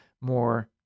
more